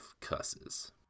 cusses